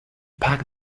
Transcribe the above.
pack